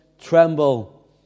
tremble